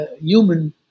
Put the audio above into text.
human